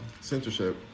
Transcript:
censorship